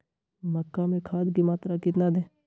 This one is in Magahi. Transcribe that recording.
मक्का में खाद की मात्रा कितना दे?